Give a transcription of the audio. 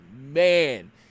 man